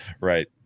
Right